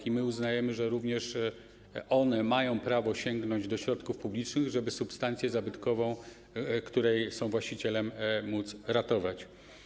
I my uznajemy, że również one mają prawo sięgnąć do środków publicznych, żeby substancję zabytkową, której są właścicielami, móc ratować.